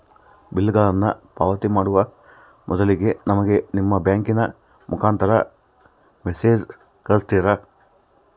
ಬಿಲ್ಲುಗಳನ್ನ ಪಾವತಿ ಮಾಡುವ ಮೊದಲಿಗೆ ನಮಗೆ ನಿಮ್ಮ ಬ್ಯಾಂಕಿನ ಮುಖಾಂತರ ಮೆಸೇಜ್ ಕಳಿಸ್ತಿರಾ?